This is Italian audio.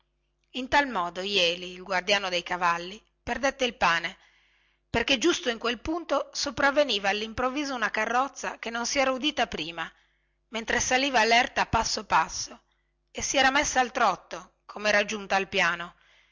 in tal modo jeli il guardiano dei cavalli perdette il pane perchè giusto in quel punto sopravveniva allimprovviso una carrozza che non si era udito prima mentre saliva lerta passo passo e sera messo al trotto comera giunta al piano